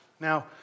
Now